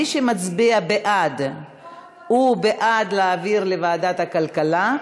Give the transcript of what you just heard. מי שמצביע בעד הוא בעד להעביר לוועדת הכלכלה,